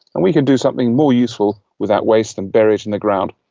and we can do something more useful with that waste than bury it in the ground.